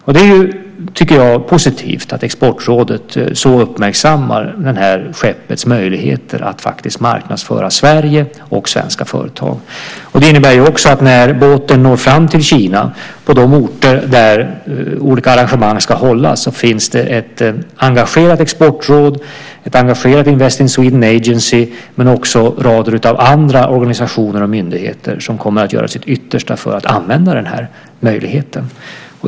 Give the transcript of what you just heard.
Jag tycker att det är positivt att Exportrådet så uppmärksammar skeppets möjligheter att faktiskt marknadsföra Sverige och svenska företag. Det innebär också att när båten når fram till Kina finns det på de orter där olika arrangemang ska hållas ett engagerat exportråd, ett engagerat Invest in Sweden Agency men också en rad andra organisationer och myndigheter som kommer att göra sitt yttersta för att använda den här möjligheten.